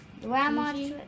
grandma